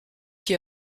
qui